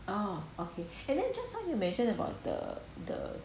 oh okay and then just now you mentioned about the the